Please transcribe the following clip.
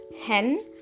hen